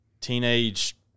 Teenage